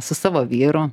su savo vyru